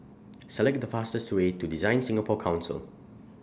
Select The fastest Way to DesignSingapore Council